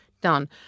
done